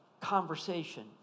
conversation